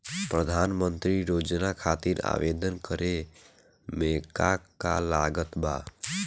प्रधानमंत्री योजना खातिर आवेदन करे मे का का लागत बा?